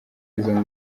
izo